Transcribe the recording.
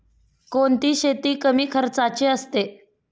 कोणती शेती कमी खर्चाची असते?